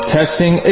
Testing